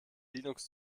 linux